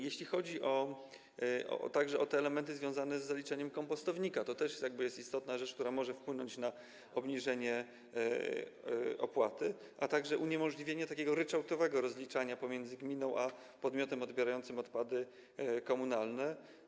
Jeśli chodzi także o te elementy związane z zaliczeniem kompostownika, to jest to też istotna rzecz, która może wpłynąć na obniżenie opłaty, a także uniemożliwienie takiego ryczałtowego rozliczania pomiędzy gminą a podmiotem odbierającym odpady komunalne.